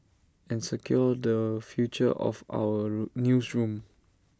and secure the future of our newsroom